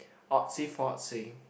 artsy fartsy